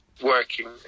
working